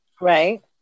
Right